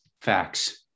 facts